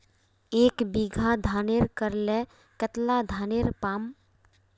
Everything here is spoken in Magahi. एक बीघा धानेर करले कतला धानेर पाम?